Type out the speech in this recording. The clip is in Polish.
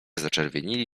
zaczerwienili